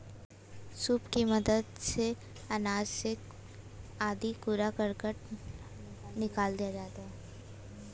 soup की मदद से अनाज से कूड़ा करकट आदि अलग निकाल दिया जाता है